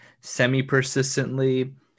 semi-persistently